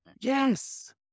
Yes